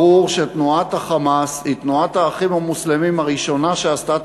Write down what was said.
ברור שתנועת ה"חמאס" היא תנועת "האחים המוסלמים" הראשונה שעשתה את